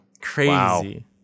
Crazy